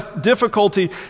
difficulty